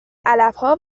علفها